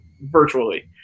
virtually